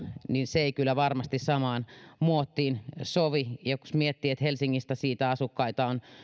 niin se ei kyllä varmasti samaan muottiin sovi jos mietitään että helsingissä asukkaita on siitä